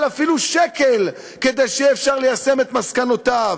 אפילו שקל כדי שיהיה אפשר ליישם את מסקנותיו.